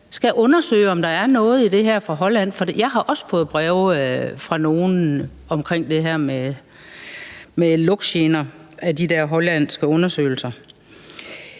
skal undersøge, om der er noget i det her fra Holland. For jeg har også fået breve fra nogle omkring det her med lugtgener, som beskrives i de der hollandske undersøgelser.